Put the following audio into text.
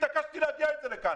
התעקשתי לומר את זה כאן.